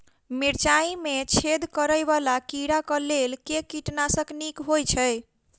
मिर्चाय मे छेद करै वला कीड़ा कऽ लेल केँ कीटनाशक नीक होइ छै?